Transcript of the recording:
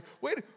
Wait